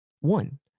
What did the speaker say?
One